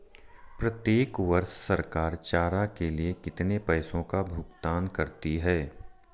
प्रत्येक वर्ष सरकार चारा के लिए कितने पैसों का भुगतान करती है?